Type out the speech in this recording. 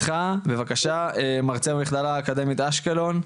בבקשה, מרצה במכללה האקדמית אשקלון,